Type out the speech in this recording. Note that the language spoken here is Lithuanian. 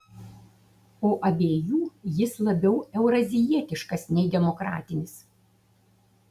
o abiejų jis labiau eurazijietiškas nei demokratinis